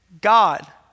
God